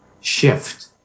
shift